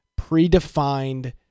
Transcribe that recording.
predefined